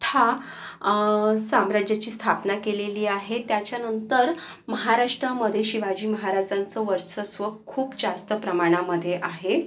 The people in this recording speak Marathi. ठा साम्राज्याची स्थापना केलेली आहे त्याच्यानंतर महाराष्ट्रामध्ये शिवाजी महाराजांचं वर्चस्व खूप जास्त प्रमाणामध्ये आहे